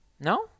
No